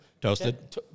toasted